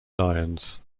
lions